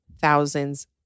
thousands